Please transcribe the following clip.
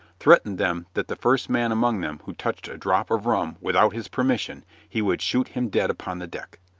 threatened them that the first man among them who touched a drop of rum without his permission he would shoot him dead upon the deck.